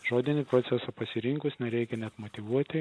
žodinį procesą pasirinkus nereikia net motyvuoti